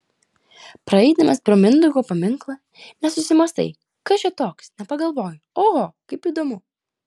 praeidamas pro mindaugo paminklą nesusimąstai kas čia toks nepagalvoji oho kaip įdomu